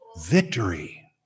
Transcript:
victory